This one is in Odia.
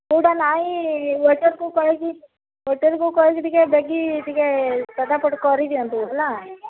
କେଉଁଟା ନାହିଁ ୱେଟର୍କୁ କହିକି ୱେଟର୍କୁ କହିକି ଟିକେ ବେଗି ଟିକେ ଫଟାଫଟ କରିଦିଅନ୍ତୁ ହେଲା